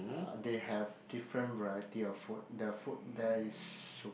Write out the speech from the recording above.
uh they have different variety of food the food there is shiok